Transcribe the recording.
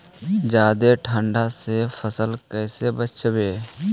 जादे ठंडा से फसल कैसे बचइबै?